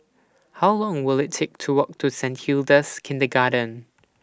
How Long Will IT Take to Walk to Saint Hilda's Kindergarten